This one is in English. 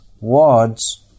wards